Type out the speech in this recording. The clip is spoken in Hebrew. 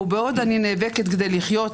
ובעוד אני נאבקת כדי לחיות,